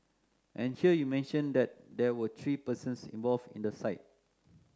and here you mention that there were three persons involved in the site